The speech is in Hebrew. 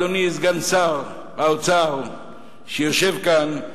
אדוני סגן שר האוצר שיושב כאן,